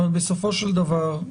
אבל בסופו של דבר,